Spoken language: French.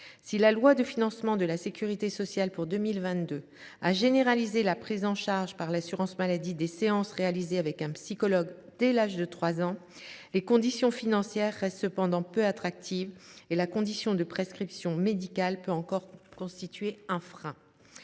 Si la loi de financement de la sécurité sociale pour 2022 a généralisé la prise en charge par l’assurance maladie des séances réalisées avec un psychologue dès l’âge de 3 ans, les conditions financières restent cependant peu attractives et la condition de prescription médicale peut encore constituer un frein.